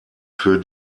für